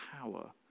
power